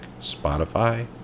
spotify